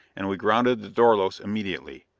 and we grounded the dorlos immediately.